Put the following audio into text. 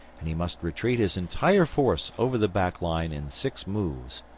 and he must retreat his entire force over the back line in six moves,